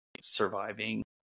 surviving